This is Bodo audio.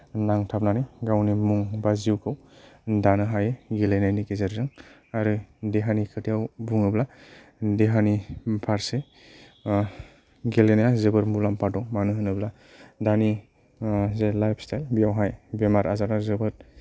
नांथाबनानै गावनि मुं बा जिउखौ दानो हायो गेलेनायनि गेजेरजों आरो देहानि खोथायाव बुङोब्ला देहानि फारसे गेलेनाया जोबोर मुलाम्फा दं मानो होनोब्ला दानि जे लाइफ स्टाईल बेयावहाय बेमार आजारा जोबोद